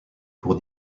pour